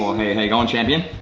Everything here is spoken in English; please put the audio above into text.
hey hang on champion.